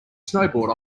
snowboard